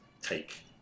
take